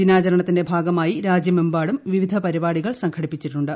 ദിനാചരണത്തിന്റെ ഭാഗമായി രാജ്യമെമ്പാടും വിവിധ പരിപാടികൾ സംഘടിപ്പിച്ചിട്ടുണ്ട്